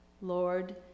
Lord